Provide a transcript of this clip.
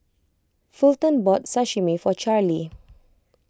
Fulton bought Sashimi for Charlie